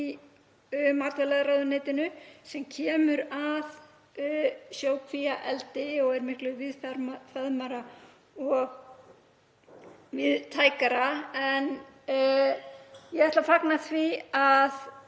í matvælaráðuneytinu sem kemur að sjókvíaeldi og er miklu víðfeðmara og víðtækara en ég fagna því að